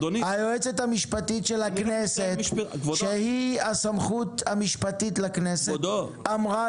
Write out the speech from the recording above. היועצת המשפטית של הכנסת שהיא הסמכות המשפטית לכנסת אמרה